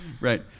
Right